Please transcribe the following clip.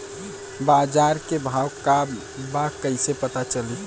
बाजार के भाव का बा कईसे पता चली?